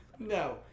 No